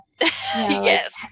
Yes